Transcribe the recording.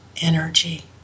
energy